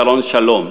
הרב שרון שלום.